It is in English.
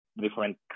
different